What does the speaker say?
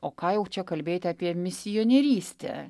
o ką jau čia kalbėti apie misionierystę